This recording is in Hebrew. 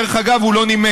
דרך אגב, הוא לא נימק.